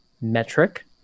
Metric